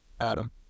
Adam